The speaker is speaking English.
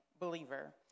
believer